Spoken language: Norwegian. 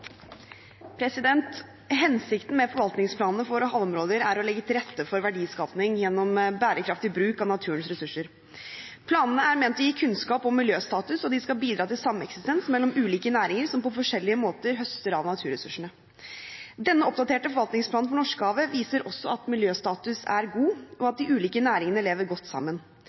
å legge til rette for verdiskaping gjennom bærekraftig bruk av naturens ressurser. Planene er ment å gi kunnskap om miljøstatus, og de skal bidra til sameksistens mellom ulike næringer som på forskjellige måter høster av naturressursene. Denne oppdaterte forvaltningsplanen for Norskehavet viser også at miljøstatus er god, og at de ulike næringene lever godt sammen.